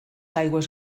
aigües